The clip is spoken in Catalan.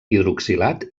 hidroxilat